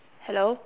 hello